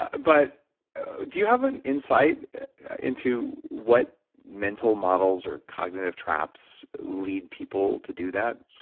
ah but ah do you have an insight into what mental models or cognitive traps lead people to do that?